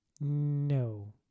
No